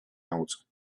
out